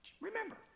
remember